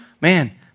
man